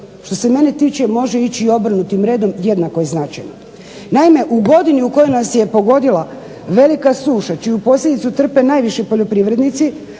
Što se mene tiče može ići i obrnutim redom jednako je značajno. Naime, u godini u kojoj nas je pogodila velika suša čiju posljedicu trpe najviše poljoprivrednici